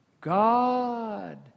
God